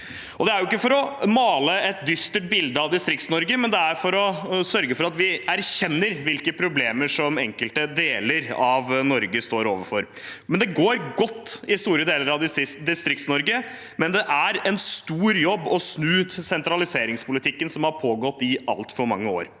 det ikke for å male et dystert bilde av Distrikts-Norge, men for å sørge for at vi erkjenner hvilke problemer enkelte deler av Norge står overfor. Det går godt i store deler av Distrikts-Norge, men det er en stor jobb å snu sentraliseringspolitikken som har pågått i altfor mange år.